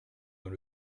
dans